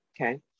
Okay